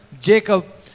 Jacob